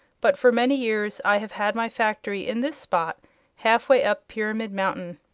but for many years i have had my factory in this spot half way up pyramid mountain.